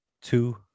Two